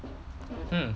mm